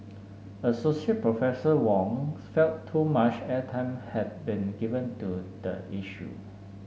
associate Professor Wong felt too much airtime had been given to the issue